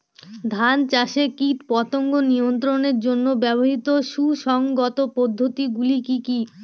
ধান চাষে কীটপতঙ্গ নিয়ন্ত্রণের জন্য ব্যবহৃত সুসংহত পদ্ধতিগুলি কি কি?